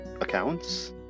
accounts